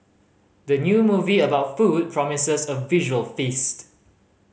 the new movie about food promises a visual feast